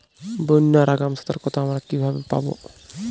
বন্যার আগাম সতর্কতা আমরা কিভাবে পাবো?